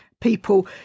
People